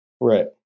Right